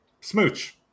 smooch